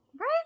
Right